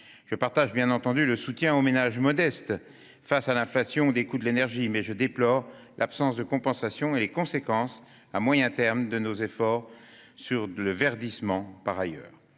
Je souscris bien entendu au soutien aux ménages modestes face à l'inflation des coûts de l'énergie, mais je déplore l'absence de compensation et les conséquences à moyen terme sur nos efforts de verdissement par ailleurs.